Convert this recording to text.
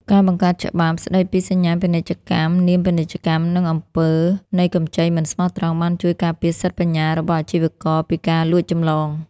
ការបង្កើតច្បាប់ស្ដីពីសញ្ញាពាណិជ្ជកម្ម នាមពាណិជ្ជកម្ម និងអំពើនៃកម្ចីមិនស្មោះត្រង់ បានជួយការពារសិទ្ធិបញ្ញារបស់អាជីវករពីការលួចចម្លង។